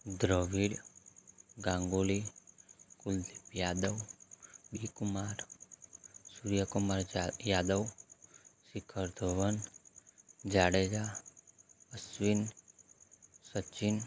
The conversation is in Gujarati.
દ્રવિડ ગાંગુલી કુલદીપ યાદવ બી કુમાર સુર્ય કુમાર યાદવ શિખર ધવન જાડેજા અશ્વિન સચિન